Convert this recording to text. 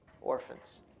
orphans